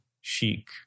chic